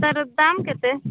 ତା'ର ଦାମ୍ କେତେ